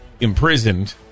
imprisoned